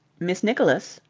miss nicholas.